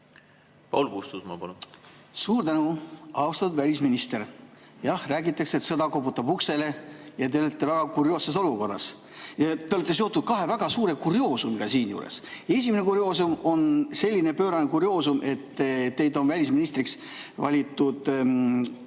Paul Puustusmaa, palun! Suur tänu! Austatud välisminister! Jah, räägitakse, et sõda koputab uksele. Ja teie olete väga kurioosses olukorras. Te olete seotud kahe väga suure kurioosumiga siinjuures. Esimene on selline pöörane kurioosum, et teid on välisministriks valinud